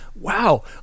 wow